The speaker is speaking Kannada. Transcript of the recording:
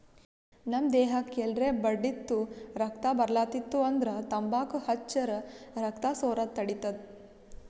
ನಮ್ ದೇಹಕ್ಕ್ ಎಲ್ರೆ ಬಡ್ದಿತ್ತು ರಕ್ತಾ ಬರ್ಲಾತಿತ್ತು ಅಂದ್ರ ತಂಬಾಕ್ ಹಚ್ಚರ್ ರಕ್ತಾ ಸೋರದ್ ತಡಿತದ್